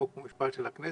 חוק ומשפט של הכנסת.